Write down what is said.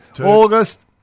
August